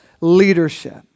leadership